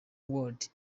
word